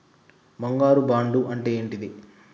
బంగారు బాండు అంటే ఏంటిది?